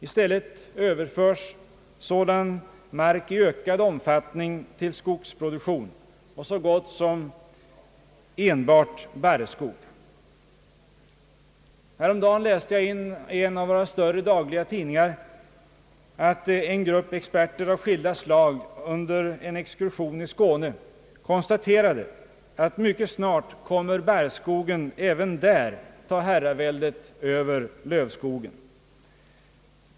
I stället överförs sådan mark i ökad omfattning till skogsproduktion, och då så gott som enbart barrskog. Häromdagen läste jag i en av våra större dagstidningar att en grupp experter av skilda slag efter en exkursion i Skåne konstaterade, att mycket snart kommer barrskogen även där att ta herraväldet över lövskogen.